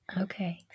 Okay